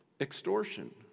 extortion